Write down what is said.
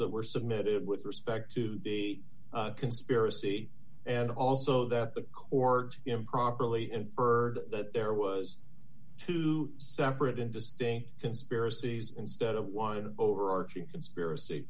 that were submitted with respect to the conspiracy and also that the court improperly infer that there was two separate and distinct conspiracies instead of one overarching conspiracy